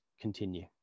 continue